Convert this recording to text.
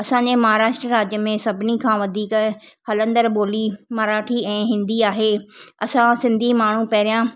असांजे महाराष्ट्र राज्य में सभिनी खां वधीक हलंडड़ु ॿोली मराठी ऐं हिंदी आहे असां सिंधी माण्हू पहिरियां